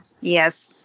Yes